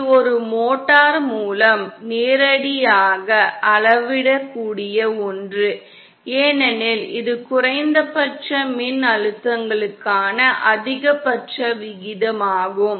இது ஒரு மோட்டார் மூலம் நேரடியாக அளவிடக்கூடிய ஒன்று ஏனெனில் இது குறைந்தபட்ச மின்னழுத்தங்களுக்கான அதிகபட்ச விகிதமாகும்